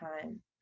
time